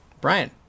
Brian